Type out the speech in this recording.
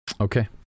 Okay